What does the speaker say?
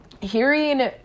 hearing